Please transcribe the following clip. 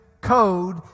code